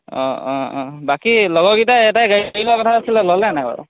অঁ অঁ অঁ বাকী লগৰকেইটাৰ এটাই গাড়ী গাড়ী লোৱা কথা আছিলে ল'লে নে নাই বাৰু